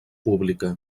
pública